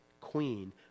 queen